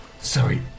Sorry